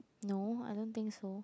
no I don't think so